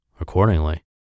accordingly